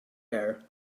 air